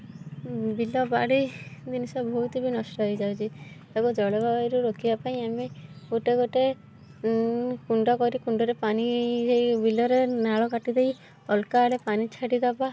ବିଲ ବାଡ଼ି ଜିନିଷ ବହୁତ ବି ନଷ୍ଟ ହେଇଯାଉଛି ତାକୁ ଜଳବାୟୁରେ ରୋକିବା ପାଇଁ ଆମେ ଗୋଟେ ଗୋଟେ କୁଣ୍ଡ କରି କୁଣ୍ଡରେ ପାଣି ହେଇ ବିଲରେ ନାଳ କାଟିଦେଇ ଅଲଗା ଆଡ଼େ ପାଣି ଛାଡ଼ି ଦବା